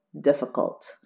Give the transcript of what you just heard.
difficult